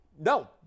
no